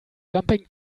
jumping